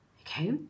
Okay